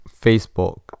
Facebook